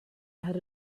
had